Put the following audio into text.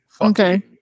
Okay